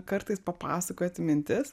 kartais papasakoti mintis